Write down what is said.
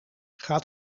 gaat